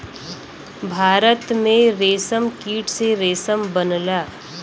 भारत में रेशमकीट से रेशम बनला